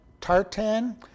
Tartan